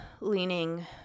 leaning